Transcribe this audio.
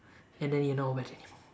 and then you're not wet anymore